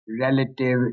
relative